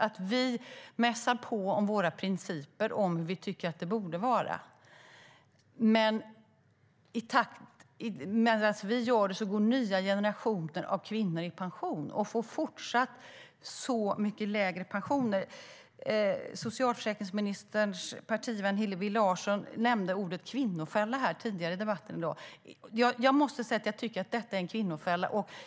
Vi mässar på om våra principer om hur det borde vara, men medan vi gör det går nya generationer av kvinnor i pension och får fortsatt så mycket lägre pensioner. Socialförsäkringsministerns partivän Hillevi Larsson nämnde ordet "kvinnofälla" tidigare i debatten i dag. Jag måste säga att jag tycker att detta är en kvinnofälla.